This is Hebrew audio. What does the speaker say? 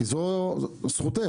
זכותך.